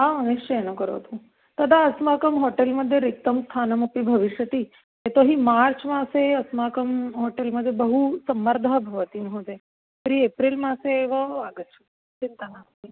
हा निश्चयेन करोतु तदा अस्माकं होटेल् मध्ये रिक्तं स्थानमपि भविष्यति यतो हि मार्च् मासे अस्माकं होटेल् मध्ये बहु सम्मर्दः भवति महोदय तर्हि एप्रिल् मासे एव आगच्छतु चिन्ता नास्ति